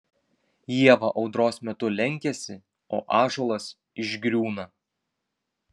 ieva audros metu lenkiasi o ąžuolas išgriūna